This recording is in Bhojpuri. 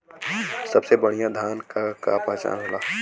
सबसे बढ़ियां धान का पहचान का होला?